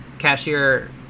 cashier